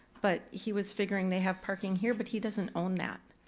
but he was figuring they have parking here, but he doesn't own that.